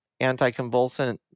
anticonvulsant